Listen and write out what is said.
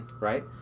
right